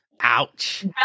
Ouch